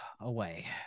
away